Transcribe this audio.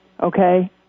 Okay